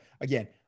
again